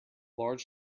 large